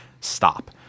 stop